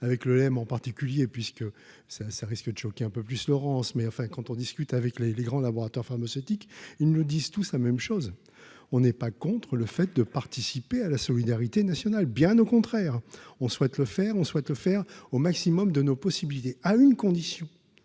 avec le OM en particulier puisque c'est un ça risque de choquer un peu plus Laurence mais enfin quand on discute avec les les grands laboratoires pharmaceutiques, ils ne le disent tous la même chose, on est pas contre le fait de participer à la solidarité nationale, bien au contraire, on souhaite le faire, on souhaite le faire au maximum de nos possibilités, à une condition,